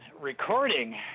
recording